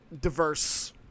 diverse